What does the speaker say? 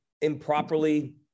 improperly